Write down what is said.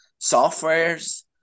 softwares